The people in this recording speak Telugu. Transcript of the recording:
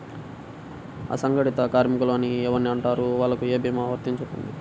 అసంగటిత కార్మికులు అని ఎవరిని అంటారు? వాళ్లకు ఏ భీమా వర్తించుతుంది?